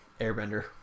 airbender